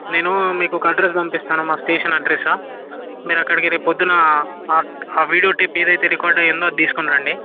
నేను మీకు ఒక అడ్రస్ పంపిస్తాను మా స్టేషన్ అడ్రస్ మీరు అక్కడికి రేపు పొద్దున ఆ వీడియో టేప్ ఏదైతే రికార్డ్ అయ్యి ఉందో అది తీసుకొనిరండి